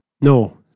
No